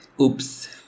Oops